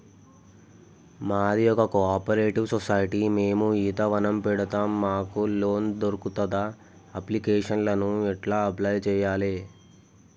మాది ఒక cooperative society మేము ఈత వనం పెడతం మాకు లోన్ దొర్కుతదా? అప్లికేషన్లను ఎట్ల అప్లయ్ చేయాలే?